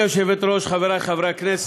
(צמצום תחולת הסדר קצבה ומשכורת מקופה ציבורית),